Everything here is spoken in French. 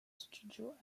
studio